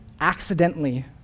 accidentally